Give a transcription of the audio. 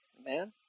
Amen